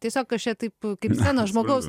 tiesiog aš čia taip kaip scenos žmogaus